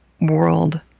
world